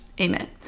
Amen